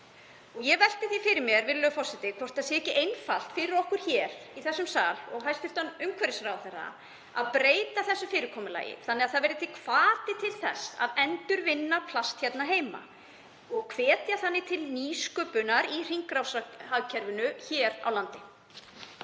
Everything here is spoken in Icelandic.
Ég velti því fyrir mér, virðulegur forseti, hvort ekki sé einfalt fyrir okkur hér í þessum sal og hæstv. umhverfisráðherra að breyta þessu fyrirkomulagi þannig að til verði hvati til að endurvinna plast hér heima og hvetja þannig til nýsköpunar í hringrásarhagkerfinu hér á landi.